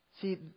See